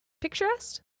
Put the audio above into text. Picturesque